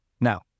now